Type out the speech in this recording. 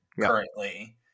currently